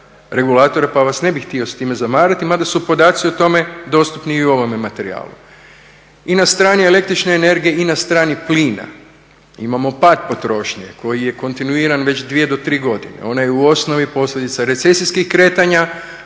pa vas ne bih htio s time zamarati mada su podaci o tome dostupni i u ovome materijalu. I na strani električne energije i na strani plina imamo pad potrošnje koji je kontinuiran već 2 do 3 godine. Ona je u osnovi posljedica recesijskih kretanja